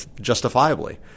justifiably